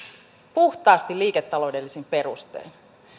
puhtaasti liiketaloudellisin perustein